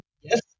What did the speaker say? yes